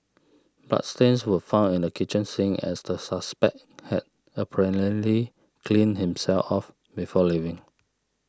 bloodstains were found in the kitchen sink as the suspect had apparently cleaned himself off before leaving